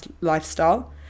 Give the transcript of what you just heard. lifestyle